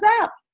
up